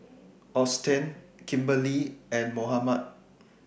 Austen Kimberley and Mohammed